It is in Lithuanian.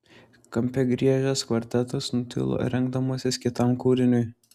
kampe griežęs kvartetas nutilo rengdamasis kitam kūriniui